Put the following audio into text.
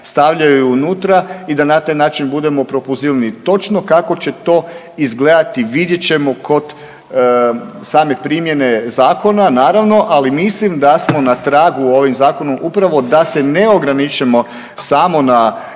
stavljaju unutra i da na taj način budemo propulzivniji. Točno kako će to izgledati vidjet ćemo kod same primjene zakona, naravno ali mislim da smo na tragu ovim zakonom upravo da se ne ograničimo samo na